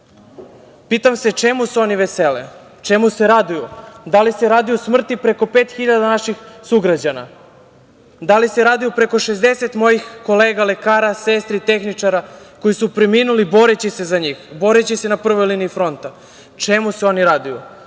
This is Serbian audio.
Pitam se čemu se oni vesele? Čemu se raduju? Da li se raduju smrti preko 5.000 naših sugrađana? Da li se raduju preko 60 mojih kolega lekara, sestri, tehničara, koji su preminuli boreći se za njih, boreći se na prvoj liniji fronta? Čemu se oni raduju?